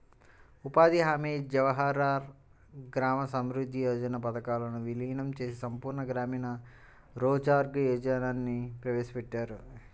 ఉపాధి హామీ, జవహర్ గ్రామ సమృద్ధి యోజన పథకాలను వీలీనం చేసి సంపూర్ణ గ్రామీణ రోజ్గార్ యోజనని ప్రవేశపెట్టారు